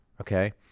Okay